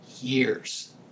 years